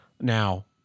Now